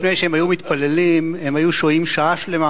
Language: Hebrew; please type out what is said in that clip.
לפני שהם היו מתפללים הם היו שוהים שעה שלמה